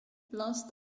lost